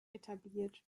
etabliert